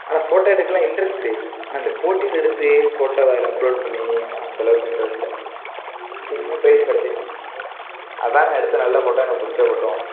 ஆனால் ஃபோட்டோ எடுக்க எல்லாம் இன்ட்ரெஸ்ட்டு ஆனால் இந்தப் போட்டில எடுத்து ஃபோட்டோவை அதில் அப்லோடு பண்ணி அந்தளவுக்கு இன்ட்ரெஸ்ட் இல்லை சேர்ந்த ப்ரைஸ் கிடச்சிருச்சி அதுதான் நான் எடுத்த நல்ல ஃபோட்டோ எனக்கு பிடிச்ச ஃபோட்டோவும்